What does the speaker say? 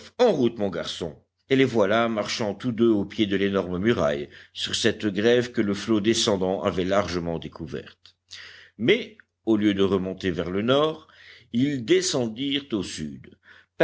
en route mon garçon et les voilà marchant tous deux au pied de l'énorme muraille sur cette grève que le flot descendant avait largement découverte mais au lieu de remonter vers le nord ils descendirent au sud